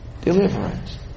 deliverance